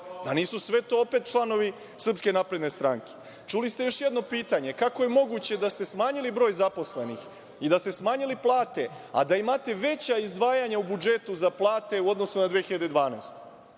Da nisu sve to opet članovi SNS?Čuli ste još jedno pitanje, kako je moguće da ste smanjili broj zaposlenih i da ste smanjili plate a da imate veća izdvajanja u budžetu za plate u odnosu na 2012.